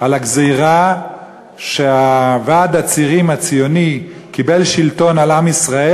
על הגזירה שוועד הצירים הציוני קיבל שלטון על עם ישראל,